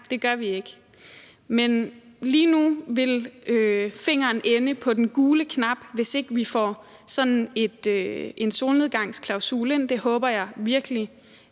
det gør vi ikke. Men lige nu vil fingeren ende på den gule knap, hvis ikke vi får sådan en solnedgangsklausul ind. Det håber jeg virkelig